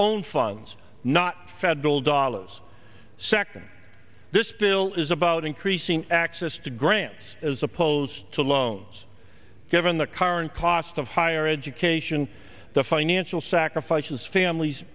own funds not federal dollars second this bill is about increasing access to grants as opposed to loans given the current cost of higher education the financial sacrifices families